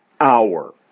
hour